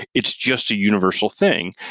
it's just a universal thing,